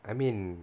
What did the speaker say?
I mean